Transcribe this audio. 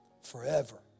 Forever